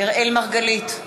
אראל מרגלית,